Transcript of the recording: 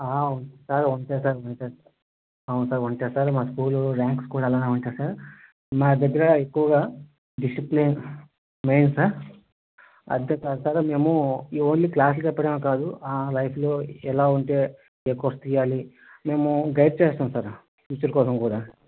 sir అంతే sir అంతే sir అవును సార్ అంతే సార్ మా స్కూల్ ర్యాంక్స్ కూడా అలానే ఉంటాయి సార్ మా దగ్గర ఎక్కువగా డిసిప్లిన్ మెయిన్ సార్ అంతే కాదు సార్ మేము ఓన్లీ క్లాసులు చెప్పడమే కాదు లైఫ్ లో ఎలా ఉంటే ఏ కోర్స్ చెయ్యాలి మేము గైడ్ చేస్తాం సార్ ఫ్యూచర్ కోసం కూడా